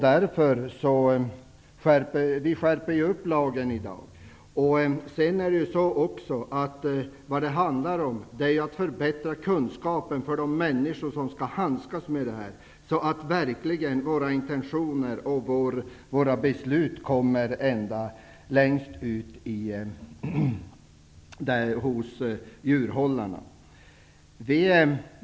Vi skärper ju dessutom upp lagen i dag. Det handlar om att förbättra kunskapen hos de människor som skall handskas med detta, så att våra intentioner och beslut verkligen kommer ända längst ut till djurhållarna.